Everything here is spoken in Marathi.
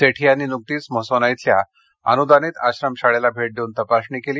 सेठी यांनी नुकतीच म्हसोना इथल्या अनुदानित आश्रमशाळेला भेट देऊन तपासणी केली